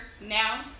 now